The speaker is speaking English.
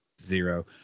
zero